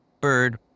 bird